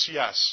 yes